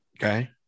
Okay